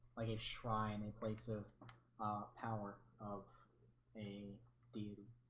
like a shrine a place of ah power of a deed